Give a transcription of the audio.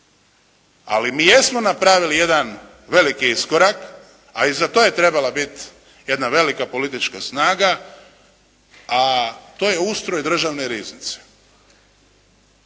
Ali mi jesmo napravili jedan veliki iskorak, a i za to je trebala biti jedna velika politička snaga, a to je ustroj državne riznice.